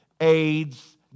AIDS